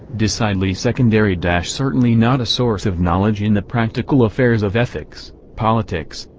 decidely secondary certainly not a source of knowledge in the practical affairs of ethics, politics,